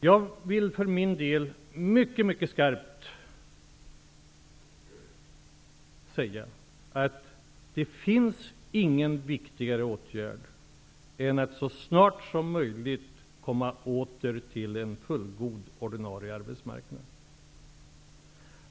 Jag vill för min del mycket skarpt säga att det inte finns någon viktigare åtgärd än att så snart som möjligt komma åter till en fullgod ordinarie arbetsmarknad.